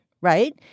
Right